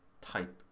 type